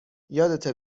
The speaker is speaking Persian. یادته